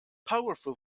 powerful